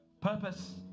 Purpose